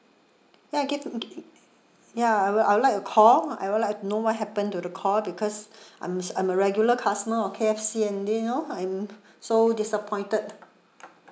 ya ya I would I would like a call I would like to know what happened to the call because I'm I'm a regular customer of K_F_C and you know I'm so diasappointed